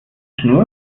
schnur